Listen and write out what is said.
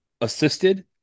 assisted